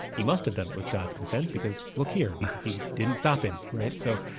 he must have done it with god's consent because look here, he didn't stop him. right. so